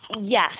Yes